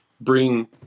bring